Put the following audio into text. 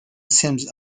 sims